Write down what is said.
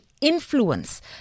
influence